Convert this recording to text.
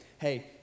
hey